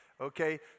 Okay